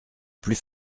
plus